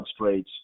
substrates